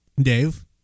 Dave